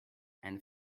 and